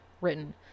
written